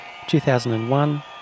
2001